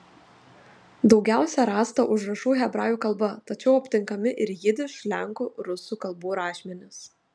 daugiausiai rasta užrašų hebrajų kalba tačiau aptinkami ir jidiš lenkų rusų kalbų rašmenys